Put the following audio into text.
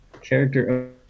character